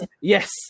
Yes